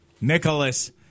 Nicholas